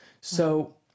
So-